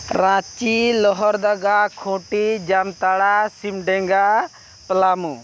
Ranchi Lohardaga Khunti Jamtara Simdega Palamu